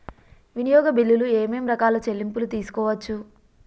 వినియోగ బిల్లులు ఏమేం రకాల చెల్లింపులు తీసుకోవచ్చు?